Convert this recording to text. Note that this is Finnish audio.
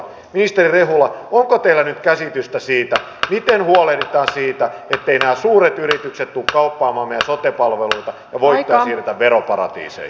onko teillä nyt käsitystä siitä miten huolehditaan siitä etteivät nämä suuret yritykset tule kauppaamaan meidän sote palveluita ja ettei voittoja siirretä veroparatiiseihin